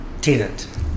tenant